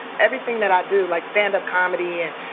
everything that i do, like stand-up comedy and,